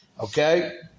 Okay